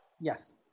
Yes